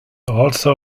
also